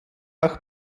auch